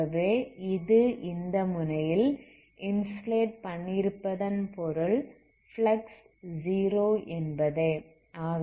ஆகவே இது இந்த முனையில் இன்சுலேட் பண்ணியிருப்பதன் பொருள் ஃப்ளக்ஸ் 0 என்பதே